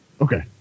Okay